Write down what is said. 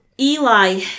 Eli